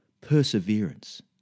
perseverance